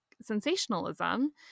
sensationalism